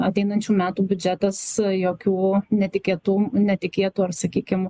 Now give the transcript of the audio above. ateinančių metų biudžetas jokių netikėtu netikėtų ar sakykim